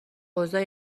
اوضاع